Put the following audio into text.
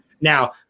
Now